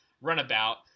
runabout